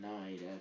night